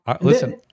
listen